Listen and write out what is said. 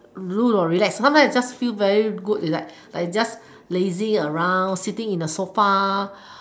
rule or relax sometime you just feel very good relax like just lazy around sitting in the sofa